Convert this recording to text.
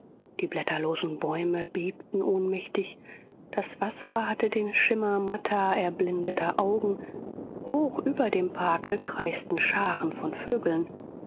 die blätterlosen bäume bebten ohnmächtig das wasser hatte den schimmer matter erblindeter augen hoch über dem parke kreisten scharen von vögeln